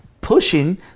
pushing